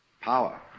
power